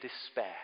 despair